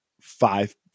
five